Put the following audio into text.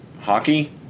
Hockey